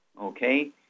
okay